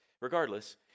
regardless